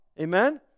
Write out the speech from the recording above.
Amen